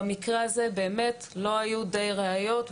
במקרה הזה באמת לא היו די ראיות.